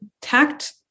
tact